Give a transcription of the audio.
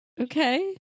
Okay